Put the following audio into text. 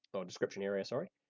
so description area, sorry.